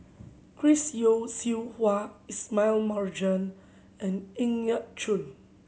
Chris Yeo Siew Hua Ismail Marjan and Ng Yat Chuan